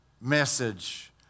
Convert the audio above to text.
message